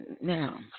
now